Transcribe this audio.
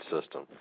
system